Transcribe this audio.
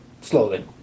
slowly